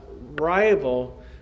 rival